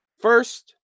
First